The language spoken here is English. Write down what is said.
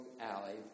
Alley